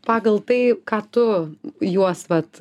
pagal tai ką tu juos vat